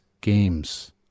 games